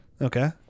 Okay